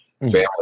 family